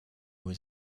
was